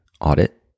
audit